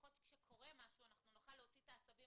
לפחות כשקורה משהו אנחנו נוכל להוציא את העשבים